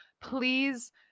please